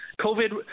COVID –